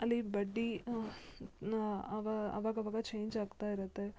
ಅಲ್ಲಿ ಬಡ್ಡಿ ನಾ ಅವಾ ಆವಾಗವಾಗ ಚೇಂಜ್ ಆಗ್ತಾ ಇರುತ್ತೆ